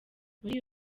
muri